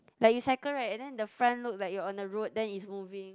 like you cycle right and then the front look like you are on the road then it's moving